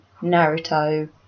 Naruto